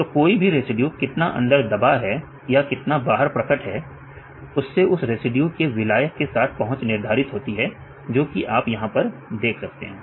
तो कोई भी रेसिड्यू कितना अंदर दबा है या बाहर कितना प्रकट है इससे उस रेसिड्यू की विलायक के साथ पहुंच निर्धारित होती है जो कि आप यहां पर देख सकते हैं